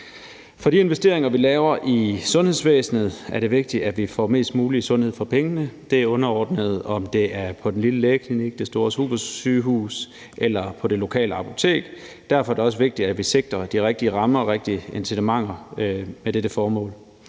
For de investeringer, vi laver i sundhedsvæsenet, er det vigtigt, at vi får mest mulig sundhed for pengene. Det er underordnet, om det er på den lille lægeklinik, det store supersygehus eller det lokale apotek. Derfor er det også vigtigt, at vi sætter de rigtige rammer og giver de rigtige incitamenter til dette formål.